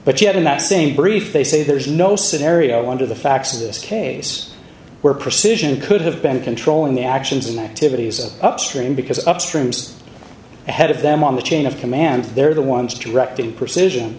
but yet in that same brief they say there's no scenario under the facts of this case where precision could have been controlling the actions and activities of upstream because upstreams ahead of them on the chain of command they're the ones to direct the imprecision